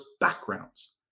backgrounds